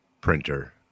printer